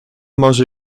może